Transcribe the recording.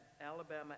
Alabama